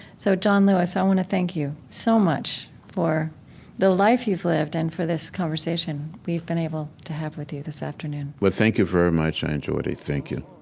so, john lewis, i want to thank you so much for the life you've lived and for this conversation we've been able to have with you this afternoon well, thank you very much. i enjoyed it. thank you